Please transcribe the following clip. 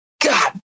God